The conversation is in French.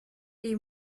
est